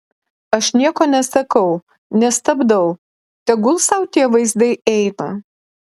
aš nieko nesakau nestabdau tegul sau tie vaizdai eina